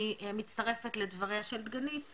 אני מצטרפת לדבריה של דגנית,